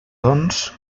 doncs